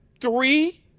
three